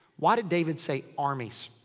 why did david say, armies?